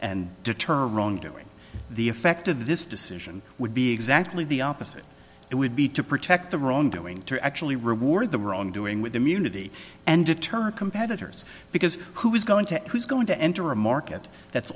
and deterring doing the effect of this decision would be exactly the opposite it would be to protect the wrongdoing to actually reward the wrongdoing with immunity and deter competitors because who is going to who's going to enter a market that's